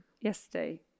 Yesterday